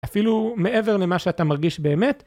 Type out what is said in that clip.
אפילו מעבר למה שאתה מרגיש באמת.